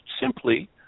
simply